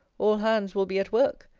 all hands will be at work.